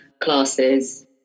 classes